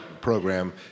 program